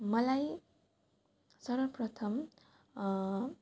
मलाई सर्वप्रथम